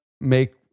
make